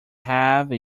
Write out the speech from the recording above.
have